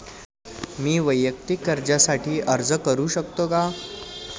मी वैयक्तिक कर्जासाठी अर्ज करू शकतो का?